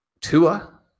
Tua